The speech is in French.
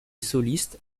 soliste